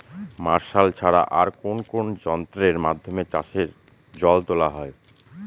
Martial ছাড়া আর কোন কোন যন্ত্রেরর মাধ্যমে চাষের জল তোলা হয়?